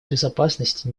безопасности